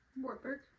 Wartburg